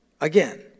Again